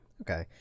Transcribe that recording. Okay